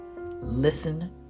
Listen